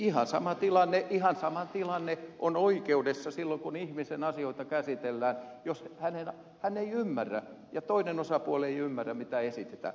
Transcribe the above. ihan sama tilanne on oikeudessa silloin kun ihmisen asioita käsitellään jos hän ei ymmärrä ja toinen osapuoli ei ymmärrä mitä esitetään